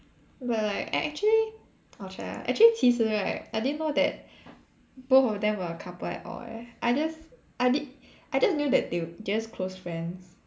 but like I actually I'll try ah actually 其实 right I didn't know that both of them are a couple at all eh I just I did I just knew that they were just close friends